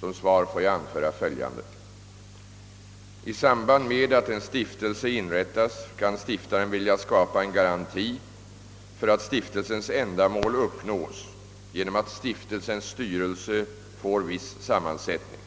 Som svar får jag anföra följande: I samband med att en stiftelse inrättas kan stiftaren vilja skapa en garanti för att stiftelsens ändamål uppnås genom att stiftelsens styrelse får viss sammansättning.